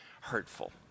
hurtful